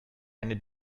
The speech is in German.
keine